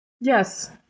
Yes